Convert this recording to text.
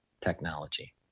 technology